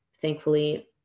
thankfully